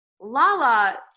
Lala